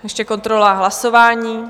Ještě kontrola hlasování.